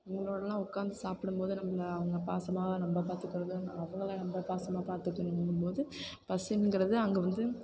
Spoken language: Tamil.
இவங்களோடலாம் உட்காந்து சாப்பிடும் போது நம்ம அவங்க பாசமாக நம்ம பாத்துக்கிறதும் அவங்களை நம்ம பாசமாக பாத்துக்கிறதுங்கும் போது பசிங்கிறது அங்கே வந்து